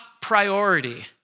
priority